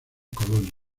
colonia